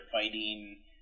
fighting